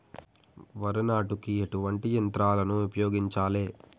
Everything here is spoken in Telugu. వరి నాటుకు ఎటువంటి యంత్రాలను ఉపయోగించాలే?